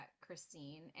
christine